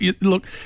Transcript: look